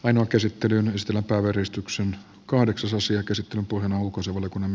ainoa käsittelyyn stella polaristyksen kahdeksasosia käsi purnuuko se oli kunnan